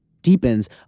deepens